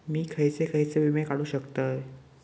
मी खयचे खयचे विमे काढू शकतय?